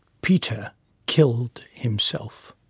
peter killed himself.